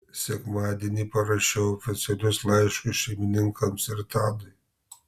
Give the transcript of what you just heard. sekmadienį parašiau oficialius laiškus šeimininkams ir tadui